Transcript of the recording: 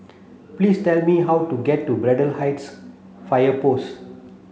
please tell me how to get to Braddell Heights Fire Post